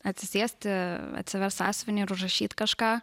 atsisėsti atsiverst sąsiuvinį ir užrašyt kažką